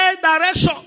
direction